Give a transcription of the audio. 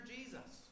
Jesus